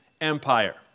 empire